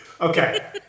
Okay